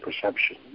perception